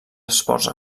esports